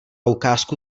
ukázku